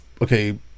okay